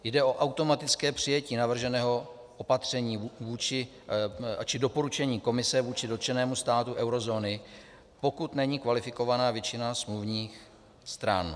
Jde o automatické přijetí navrženého opatření či doporučení Komise vůči dotčenému státu eurozóny, pokud není kvalifikovaná většina smluvních stran.